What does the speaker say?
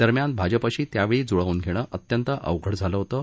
दरम्यान भाजपशी त्यावेळी जुळवून घेणं अत्यंत अवघड झालं होतं